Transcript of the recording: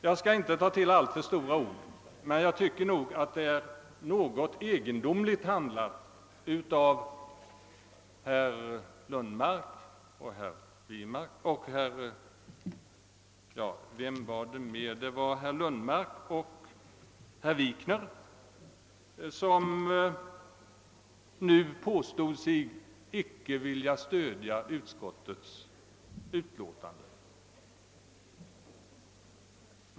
Jag skall inte ta till stora ord, men jag tycker nog att det är något egendomligt handlat av herr Lundmark och herr Wikner, som nu påstod sig icke vilja stödja utskottets utlåtande.